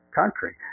country